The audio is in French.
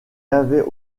avait